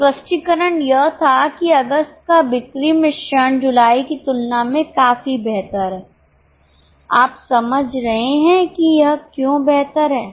स्पष्टीकरण यह था कि अगस्त का बिक्री मिश्रण जुलाई की तुलना में काफी बेहतर है आप समझ रहे हैं कि यह क्यों बेहतर है